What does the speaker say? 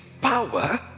power